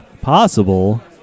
possible